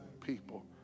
people